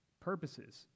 purposes